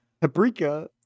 paprika